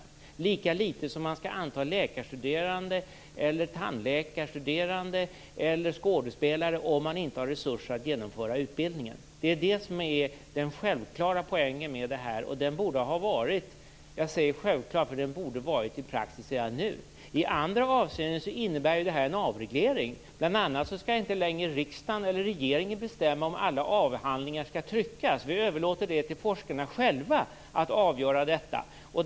Det gäller lika litet som att man inte skall anta läkarstuderande eller tandläkarstuderande eller skådespelare om det inte finns resurser att genomföra utbildningen. Det är det som är den självklara poängen med det här. Jag säger "självklar", för den borde vara i praxis redan nu. I andra avseenden innebär ju det här en avreglering. Bl.a. skall inte längre riksdagen eller regeringen bestämma om alla avhandlingar skall tryckas. Vi överlåter till forskarna att avgöra detta.